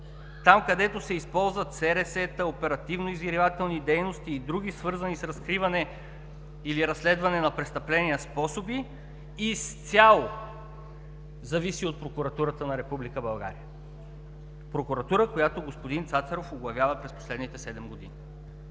там, където се използват СРС-та, оперативно-издирвателни дейности и други, свързани с разкриване или разследване на престъпления способи, изцяло зависи от прокуратурата на Република България – прокуратура, която господин Цацаров оглавява през последните седем години.